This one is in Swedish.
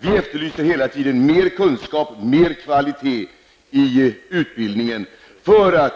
Vi har hela tiden efterlyst mer kunskap och mer kvalitet i utbildningen för att